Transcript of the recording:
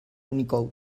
unicode